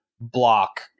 block